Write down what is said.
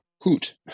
hoot